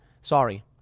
Sorry